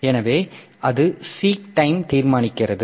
எனவே அது சீக் டைமை தீர்மானிக்கிறது